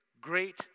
great